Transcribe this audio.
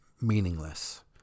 meaningless